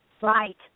Right